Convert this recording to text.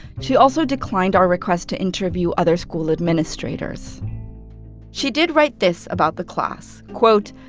she also declined our request to interview other school administrators she did write this about the class quote,